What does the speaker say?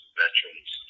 veterans